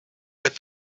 with